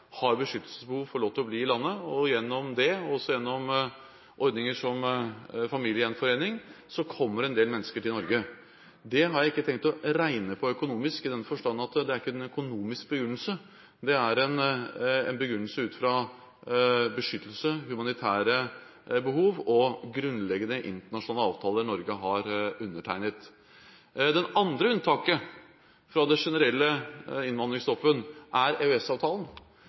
har beskyttelsesbehov, får lov til å bli i landet. Gjennom det og også gjennom ordninger som familiegjenforening kommer en del mennesker til Norge. Det har jeg ikke tenkt å regne på økonomisk i den forstand at det er ikke en økonomisk begrunnelse, det er en begrunnelse ut fra beskyttelse, humanitære behov og grunnleggende internasjonale avtaler Norge har undertegnet. Det andre unntaket fra den generelle innvandringsstoppen er